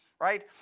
right